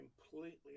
completely